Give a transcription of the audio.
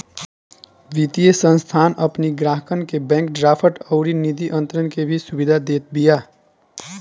वित्तीय संस्थान अपनी ग्राहकन के बैंक ड्राफ्ट अउरी निधि अंतरण के भी सुविधा देत बिया